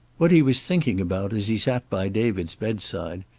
what he was thinking about, as he sat by david's bedside,